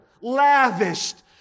lavished